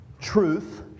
truth